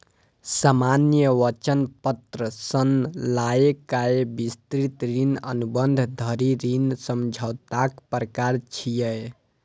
सामान्य वचन पत्र सं लए कए विस्तृत ऋण अनुबंध धरि ऋण समझौताक प्रकार छियै